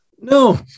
No